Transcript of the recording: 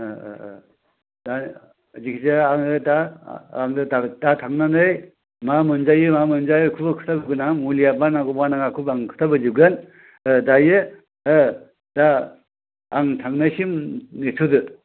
ओ ओ ओ दा जिखिजाया आं दा थांनानै मा मोनजायो मा मोनजाया बेखौबो खोथाबोगोन आं मुलिआ मा नांगौ मा नाङा बेखौबो आं खोथाबोजोबगोन ओ दायो आं दा थांनायसिम नेथ'दो